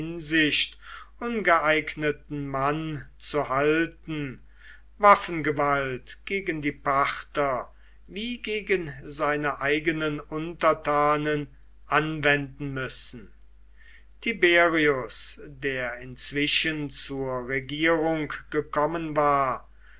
ungeeigneten mann zu halten waffengewalt gegen die parther wie gegen seine eigenen untertanen anwenden müssen tiberius der inzwischen zur regierung gekommen war